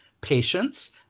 patients